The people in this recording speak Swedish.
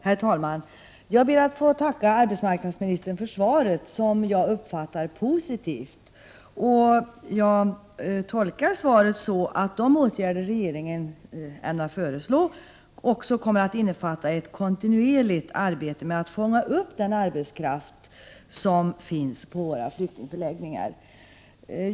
Herr talman! Jag ber att få tacka arbetsmarknadsministern för svaret, som jag uppfattar positivt. Jag tolkar svaret så, att de åtgärder som regeringen ämnar föreslå också kommer att innefatta ett kontinuerligt arbete med att fånga upp den arbetskraft som finns på våra flyktingförläggningar.